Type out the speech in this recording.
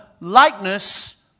likeness